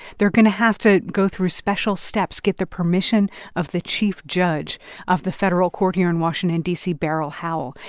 they're going to have to go through special steps, get the permission of the chief judge of the federal court here in washington, d c, beryl howell.